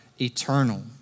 eternal